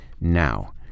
Now